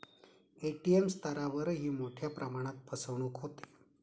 ATM स्तरावरही मोठ्या प्रमाणात फसवणूक होते